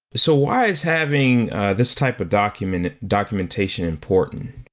so why is having this type of documentation documentation important?